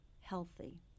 healthy